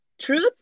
Truth